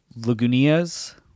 Lagunillas